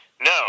No